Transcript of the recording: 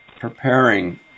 preparing